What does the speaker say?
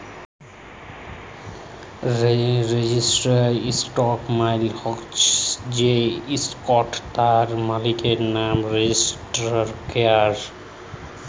registered stock মালে হচ্যে যে ইসটকট তার মালিকের লামে রেজিস্টার ক্যরা